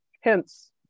hence